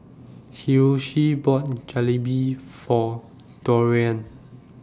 Hiroshi bought Jalebi For Dorian